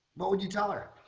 what would you tell her?